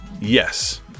yes